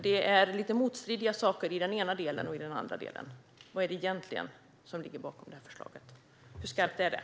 Det är lite motstridiga saker i den ena delen och i den andra delen. Vad är det egentligen som ligger bakom förslaget? Hur skarpt är det?